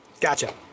Gotcha